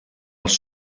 els